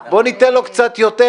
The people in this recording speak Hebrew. בואו ניתן לו קצת יותר,